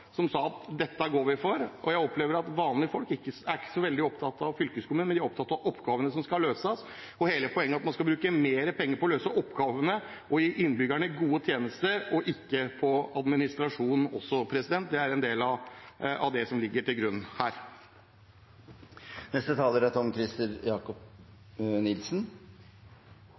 som sa at dette går vi for. Jeg opplever at vanlige folk ikke er så veldig opptatt av fylkeskommunen, men de er opptatt av oppgavene som skal løses. Hele poenget er at man skal bruke mer penger på å løse oppgavene og gi innbyggerne gode tjenester, og ikke på administrasjon. Det er en del av det som ligger til grunn.